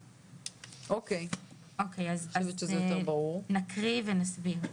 נקרא ונסביר.